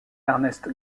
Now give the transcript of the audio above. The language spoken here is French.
ernest